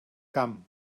gum